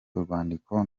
urwandiko